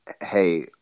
hey